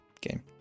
game